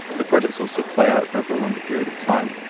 the projects also play out over a longer period of time,